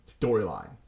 storyline